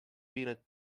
peanut